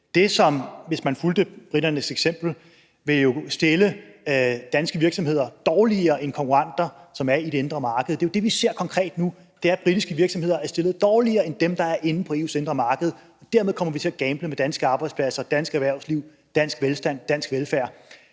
vil jo, hvis man fulgte briternes eksempel, stille danske virksomheder dårligere end konkurrenter, som er i det indre marked. Det er jo det, vi ser konkret nu, altså at britiske virksomheder er stillet dårligere end dem, der er inde på EU's indre marked, og dermed kommer vi til at gamble med danske arbejdspladser, dansk erhvervsliv, dansk velstand og dansk velfærd.